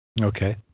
Okay